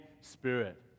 Spirit